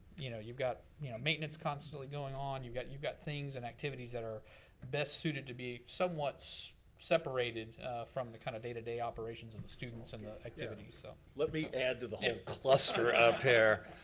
you know you've got maintenance constantly going on, you've got you've got things and activities that are best suited to be somewhat so separated from the kinda kind of day-to-day operations of the students and the activities. so let me add to the whole cluster up here.